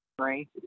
Right